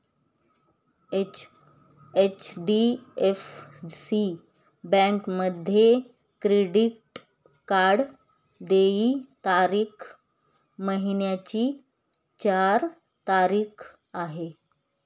HDFC बँकेमध्ये credit card देय तारीख महिन्याची चार तारीख आहे